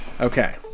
Okay